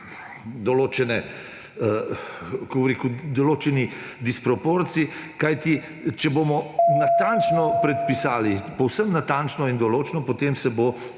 bodo nastali določeni disproporci, kajti če bomo natančno predpisali, povsem natančno in določno, potem se bo